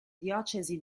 diocesi